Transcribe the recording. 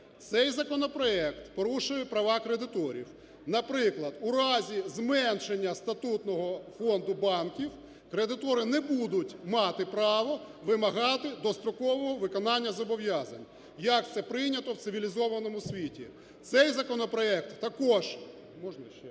цей законопроект порушує права кредиторів. Наприклад, у разі зменшення статутного фонду банків кредитори не будуть мати право вимагати дострокового виконання зобов'язань, як це прийнято в цивілізованому світі. Цей законопроект також… Цей